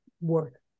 work